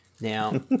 Now